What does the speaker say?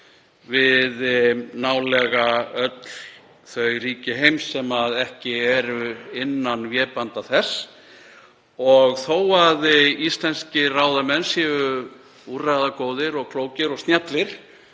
við nálega öll þau ríki heims sem ekki eru innan vébanda þess. Þó að íslenskir ráðamenn séu úrræðagóðir og klókir og snjallir